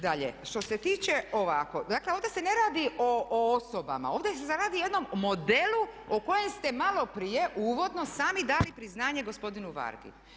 Dalje, što se tiče ovako, dakle ovdje se ne radi o osobama, ovdje se sada radi o jednom modelu o kojem ste malo prije uvodno sami dali priznanje gospodinu Vargi.